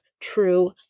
true